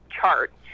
chart